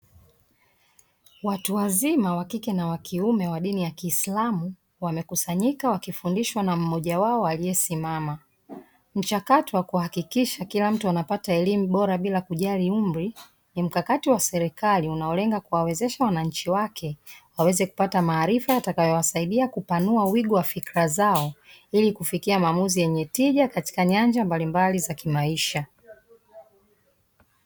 Watu wazima wa kike na wa kiume wa dini ya kiislamu, wamekusanyika wakifundishwa na mmoja wao aliyesimama. Mchakato wa kuhakikisha kila mtu anapata elimu bora bila kujali umri, ni mkakati wa serikali unaolenga kuwawezesha wananchi wake, waweze kupata maarifa yatakayowasaidia kupanua wigo wa fikra zao, ili kufikia maamuzi yenye tija katika nyanja mbalimbali za kimaisha.